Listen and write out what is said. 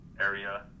area